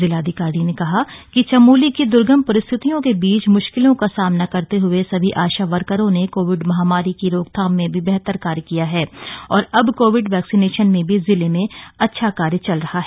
जिलाधिकारी ने कहा कि चमोली की दर्गम परिस्थितियों के बीच मुश्किलों का सामना करते हए सभी आशा वर्करों ने कोविड महामारी की रोकथाम में भी बेहतर कार्य किया है और अब कोविड वैक्सीनेशन में भी जिले में अच्छा कार्य चल रहा है